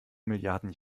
milliarden